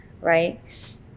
right